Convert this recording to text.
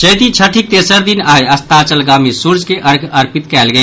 चैती छठि तेसर दिन आइ अस्ताचलगामी सूर्य के अर्घ्य अर्पित कयल गेल